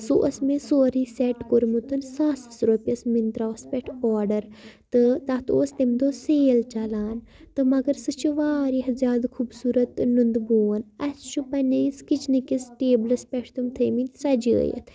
سُہ اوس مےٚ سورُے سیٹ کوٚرمُتَن ساسَس رۄپیَس مِنترٛاہَس پٮ۪ٹھ آرڈَر تہٕ تَتھ اوس تَمہِ دۄہ سیل چَلان تہٕ مگر سُہ چھِ واریاہہٕ زیادٕ خوٗبصوٗرت تہٕ نُندٕبون اَسہِ چھُ پنٛنِس کِچنٕکِس ٹیبلَس پٮ۪ٹھ تم تھٲے مٕتۍ سَجٲیِتھ